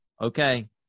okay